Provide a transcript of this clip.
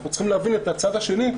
אנחנו צריכים להבין את הצד השני.